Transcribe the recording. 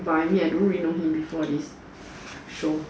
but I mean before this I don't really know him beore this show